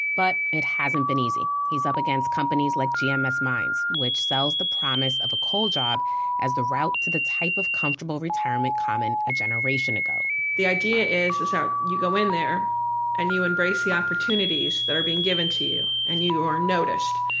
but it hasn't been easy. he's up against companies like gms um mines, which sells the promise of a coal job as the route to the type of comfortable retirement common a generation ago the idea is so you go in there and you embrace the opportunities that are being given to you, and you are noticed,